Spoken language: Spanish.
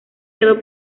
quedó